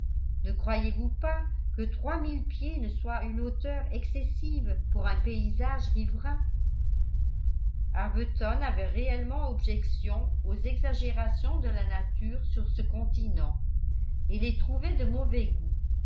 ne croyez-vous pas que trois mille pieds ne soient une hauteur excessive pour un paysage riverain arbuton avait réellement objection aux exagérations de la nature sur ce continent et les trouvait de mauvais goût